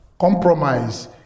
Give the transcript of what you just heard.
compromise